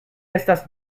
estas